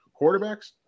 quarterbacks